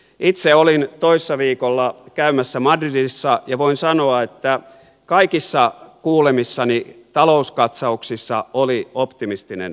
itse olin toissa viikolla käymässä madridissa ja voin sanoa että kaikissa kuulemissani talouskatsauksissa oli optimistinen perusvire